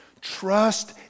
Trust